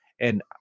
and-